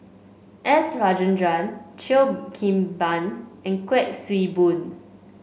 S Rajendran Cheo Kim Ban and Kuik Swee Boon